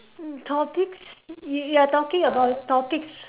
topics you you are talking about topics